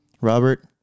Robert